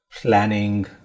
planning